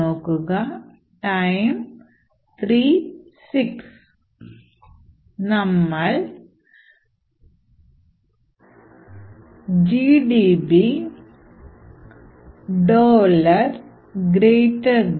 നമ്മൾ GDB gdb